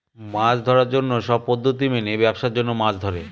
মাছ ধরার জন্য সব পদ্ধতি মেনে ব্যাবসার জন্য মাছ ধরে